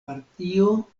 partio